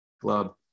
club